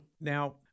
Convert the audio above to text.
Now